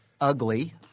ugly